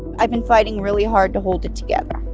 i've been fighting really hard to hold it together.